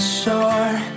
shore